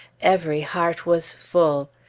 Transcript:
every heart was full.